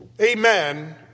Amen